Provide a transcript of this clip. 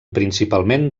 principalment